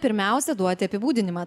pirmiausia duoti apibūdinimą